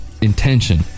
Intention